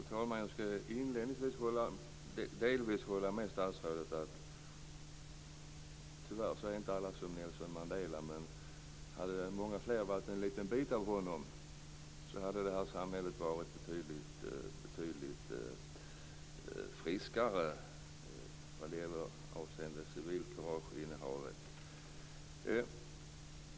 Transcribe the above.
Fru talman! Inledningsvis kan jag säga att jag delvis håller med statsrådet om att alla, tyvärr, inte är som Nelson Mandela. Hade många fler varit en liten bit av honom skulle det här samhället ha varit betydligt friskare vad gäller civilkurageinnehavet.